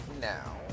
now